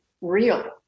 real